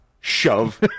Shove